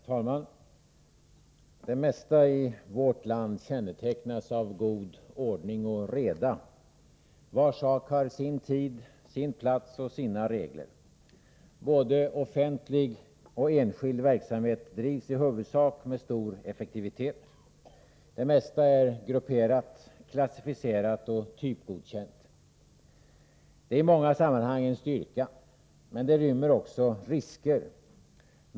Herr talman! Det mesta i vårt land kännetecknas av god ordning och reda. Var sak har sin tid, sin plats och sina regler. Både offentlig och enskild verksamhet drivs i huvudsak med stor effektivitet. Det mesta är grupperat, klassificerat och typgodkänt. Detta är i många sammanhang en styrka. Men det rymmer också risker.